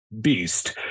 Beast